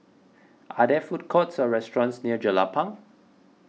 are there food courts or restaurants near Jelapang